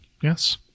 Yes